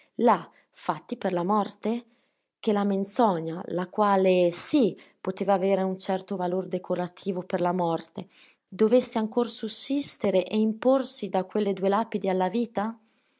là fatti per la morte che la menzogna la quale sì poteva avere un certo valor decorativo per la morte dovesse ancora sussistere e imporsi da quelle due lapidi alla vita